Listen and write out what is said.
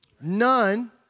None